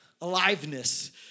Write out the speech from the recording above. Aliveness